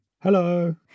Hello